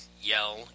yell